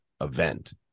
event